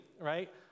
right